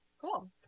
Cool